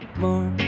more